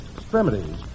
extremities